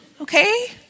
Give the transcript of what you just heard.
Okay